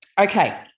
Okay